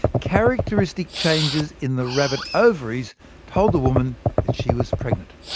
characteristic changes in the rabbit ovaries told the woman that she was pregnant.